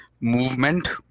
Movement